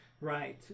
Right